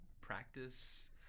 practice